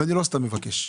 ואני לא סתם מבקש.